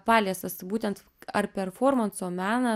paliestas būtent ar performanso meną